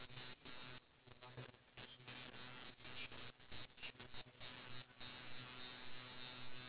and you must know if you decide to make choice A then this will happen if you decide to make choice B this will happen